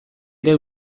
ere